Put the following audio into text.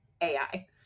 AI